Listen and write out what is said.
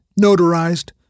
notarized